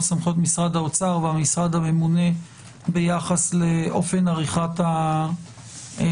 סמכויות משרד האוצר והמשרד הממונה ביחס לאופן עריכת הדוחות,